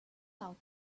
out